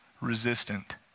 resistant